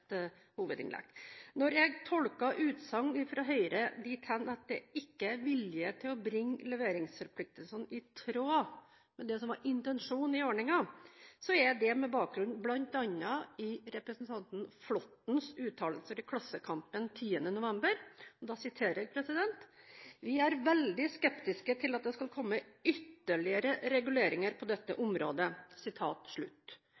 Når jeg tolker utsagn fra Høyre dit hen at det ikke er vilje til å bringe leveringsforpliktelsene i tråd med det som var intensjonen i ordningen, er det med bakgrunn bl.a. i representanten Flåttens uttalelser i Klassekampen 10. november: «Vi er veldig skeptiske til at det skal komme ytterligere reguleringer på dette